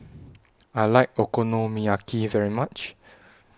I like Okonomiyaki very much